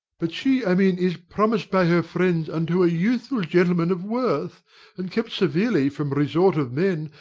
but she i mean is promis'd by her friends unto a youthful gentleman of worth and kept severely from resort of men,